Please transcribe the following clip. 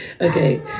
Okay